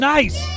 Nice